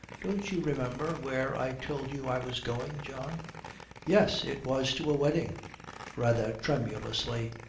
don't you remember where i told you i was going, john yes, it was to a wedding rather tremulously,